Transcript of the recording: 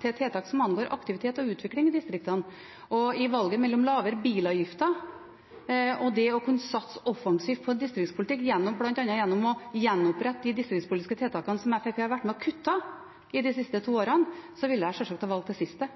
til tiltak som angår aktivitet og utvikling i distriktene. I valget mellom lavere bilavgifter og det å kunne satse offensivt på distriktspolitikk gjennom bl.a. å gjenopprette de distriktspolitiske tiltakene som Fremskrittspartiet har vært med på å kutte de to siste årene, ville jeg sjølsagt ha valgt det siste.